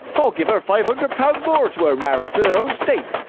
i'll give her five hundred pound more to her marriage, than her own state.